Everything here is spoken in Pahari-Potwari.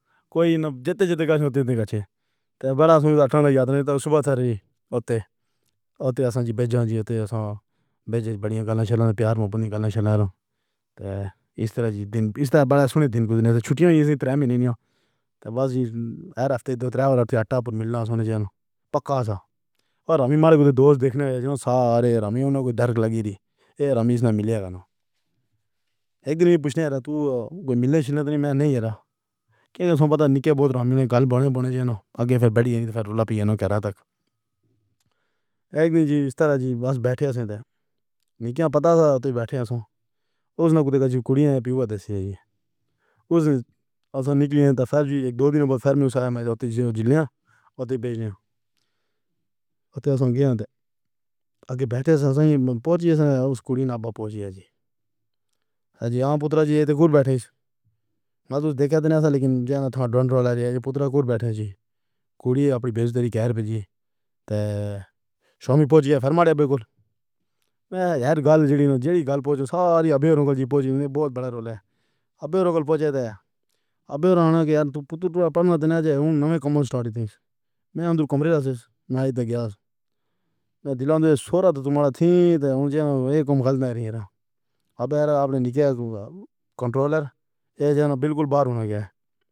بڑا سا واٹر۔ صبح سے ہوتے۔ ہوتے جی جانچ کرواؤ تو آسان بنی اور کالا پیار۔ گلشن اِس طرح سے دین اِس طرح بنائے۔ سُنو دین کُدْنے سے چھٹّیاں نہیں ہوتیں۔ بس رفعتے تو ٹریولر آٹا مِلنا لینا۔ پکّا سا بھامی مار کے تو دوست دیکھنے آئے۔ سارے رمیلی کو درد لگے ری، اَڑے ہمیں اِسنے ملے نا۔ اِک دین پوچھنا تُو کوئی مِلنے تو نہیں۔ میں نہیں رہا۔ کیا پتہ نکے بہُت رمینے کل بنے بولے جانو۔ آگے پھر بڑھی ہے رولا پیّا کو۔ اِک دین سے اِس طرح سے بس بیٹھے، اسیں تے نِکل جاتے ہیں۔ بیٹھے سو اُس وقت کُچھ کُڑیاں ہے پیو ویسی ہی کُچھ نِکلی تو پھر اِک دو دین بعد پھر سے مُجھ سے مِلا۔ اُتری جِلیوں اور بیجی کو لے کے سنجا تھا۔ آگے بیٹھے ہیں سائیں پُوجݨ اُس کُڑی نے آپ آ پُوجݨ جی آ پُتر جی اِسی پر بیٹھے دیکھا تھا لیکن جہاں ڈرائنگ بورڈ پر بیٹھے جی کُڑی ہے اپنی بھیجدارئی کر بزّی تے۔ سُوامی پُوجݨ پھر بھول گئے۔ گلی گلی میں ساری گھراں کو لے ابّروقو ہے۔ اب رونا کہ تُو تو اپنا ہے۔ نوین کمراں سٹڈی میں کمرے دا نام تو گیاس دھیرے سے سو رہا تھا۔ مالتی تو انجانہ ہی کم لگ رہا تھا۔ پہلے اپنے نیچے کنٹرولر بالکل باہر ہو گیا۔